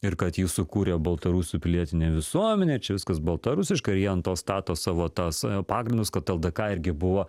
ir kad jį sukūrė baltarusių pilietinė visuomenė čia viskas baltarusiška ir jie ant to stato savo tas pagrindus kad ldk irgi buvo